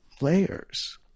layers